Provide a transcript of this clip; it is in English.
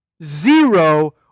Zero